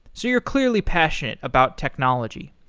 so you're clearly passionate about technology.